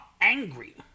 angry